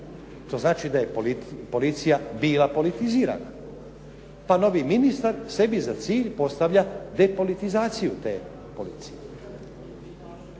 To znači da je policija bila politizirana. Pa novi ministar sebi za cilj postavlja depolitizaciju te policije.